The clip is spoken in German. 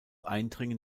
eindringen